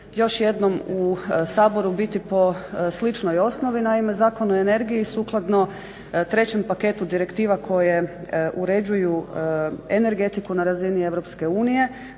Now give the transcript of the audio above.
još jednom u Saboru biti po sličnoj osnovi. Naime, Zakon o energiji sukladno trećem paketu direktiva koje uređuju energetiku na razini